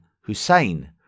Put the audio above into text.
Hussein